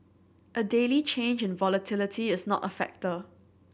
a daily change in volatility is not a factor